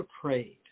prayed